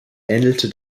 ähnelte